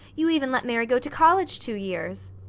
you even let mary go to college two years.